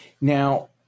Now